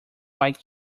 pike